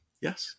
yes